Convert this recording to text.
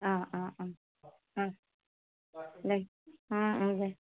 অঁ অঁ অঁ অঁ দে দে